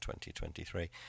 2023